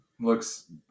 looks